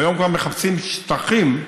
והיום כבר מחפשים שטחים,